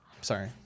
Sorry